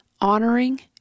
honoring